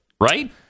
right